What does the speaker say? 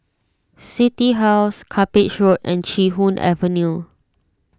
City House Cuppage Road and Chee Hoon Avenue